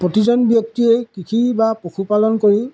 প্ৰতিজন ব্যক্তিয়ে কৃষি বা পশুপালন কৰি